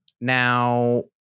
Now